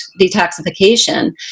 detoxification